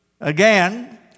again